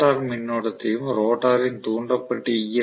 rotor மின்னோட்டத்தையும் ரோட்டாரின் தூண்டப்பட்ட ஈ